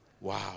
Wow